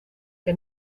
que